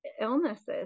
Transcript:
illnesses